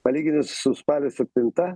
palyginus su spalio septinta